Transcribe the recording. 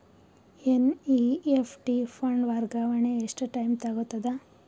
NEFT fund ವರ್ಗಾವಣೆ ಎಷ್ಟ time ತೋಗೊತದ?